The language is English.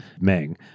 Meng